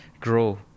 grow